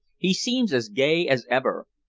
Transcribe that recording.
he seems as gay as ever.